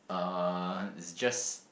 uh it's just